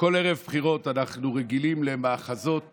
כל ערב בחירות אנחנו רגילים למחזות